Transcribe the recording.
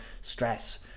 stress